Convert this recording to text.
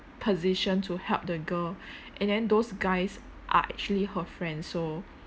position to help the girl and then those guys are actually her friends so